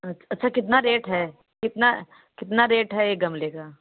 अच्छा अच्छा कितना रेट है कितना कितना रेट है एक गमले का